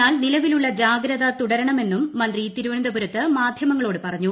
എന്നാൽ നിലവിലുള്ള ജാഗ്രത തുടരണമെന്നും മന്ത്രി തിരുവനന്തപുരത്ത് മാധ്യമങ്ങളോട് പറഞ്ഞു